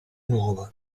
nuova